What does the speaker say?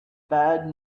bad